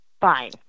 fine